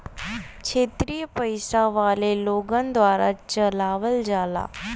क्षेत्रिय पइसा वाले लोगन द्वारा चलावल जाला